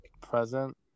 present